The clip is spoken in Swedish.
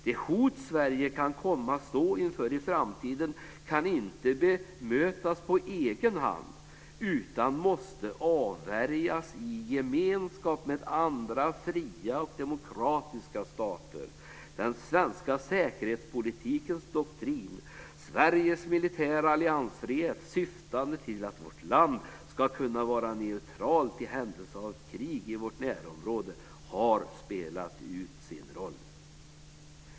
De hot Sverige kan komma att stå inför i framtiden kan inte bemötas på egen hand, utan måste avvärjas i gemenskap med andra fria och demokratiska stater. Den svenska säkerhetspolitiska doktrinen "Sveriges militära alliansfrihet, syftande till att vårt land ska kunna vara neutralt i händelse av krig i vårt närområde" har spelat ut sin roll.